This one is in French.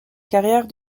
carrière